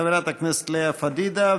חברת הכנסת לאה פדידה,